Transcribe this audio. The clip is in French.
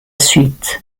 suite